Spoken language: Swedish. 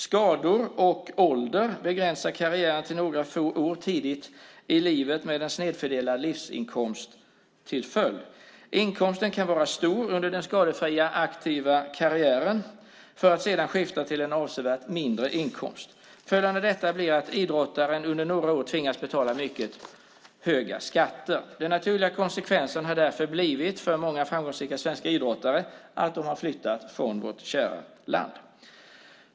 Skador och ålder begränsar karriären till några få år tidigt i livet med en snedfördelad livsinkomst till följd. Inkomsten kan vara stor under den skadefria aktiva karriären för att sedan skifta till en avsevärt mindre inkomst. Följden av detta blir att idrottaren under några år tvingas betala mycket höga skatter. Den naturliga konsekvensen har därför för många framgångsrika svenska idrottare blivit att de har flyttat från vårt kära land.